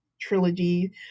Trilogy